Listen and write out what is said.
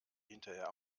hinterher